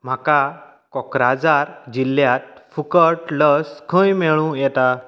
म्हाका कोक्राझार जिल्ल्यांत फुकट लस खंय मेळूं येता